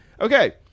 Okay